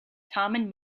tamen